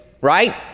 right